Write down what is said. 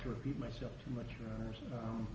to repeat myself too much rum